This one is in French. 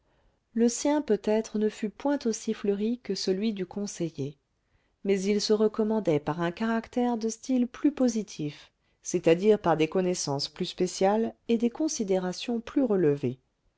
le sien peut-être ne fut point aussi fleuri que celui du conseiller mais il se recommandait par un caractère de style plus positif c'est-à-dire par des connaissances plus spéciales et des considérations plus relevées